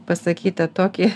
pasakei tą tokį